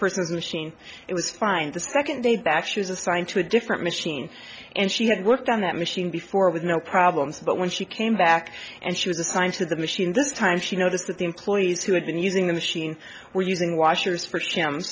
person's machine it was fine the second day that she was assigned to a different machine and she had worked on that machine before with no problems but when she came back and she was assigned to the machine this time she noticed that the employees who had been using the machine were using washers for